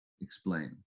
explain